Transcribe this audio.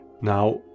now